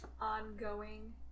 ongoing